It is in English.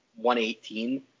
118